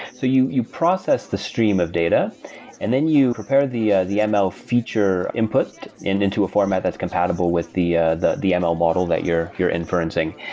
so you you process the stream of data and then you prepare the ah the ml feature input into a format that's compatible with the ah the and ml model that you're you're inferencing,